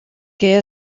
que